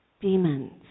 demons